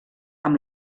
amb